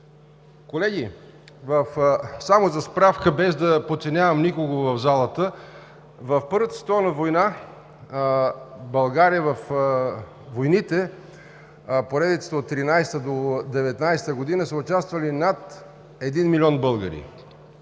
Колеги, само за справка, без да подценявам никого в залата, в Първата световна война, България във войните – поредицата от 1913 г. до 1919 г. са участвали над един милион българи.